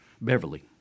Beverly